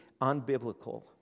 unbiblical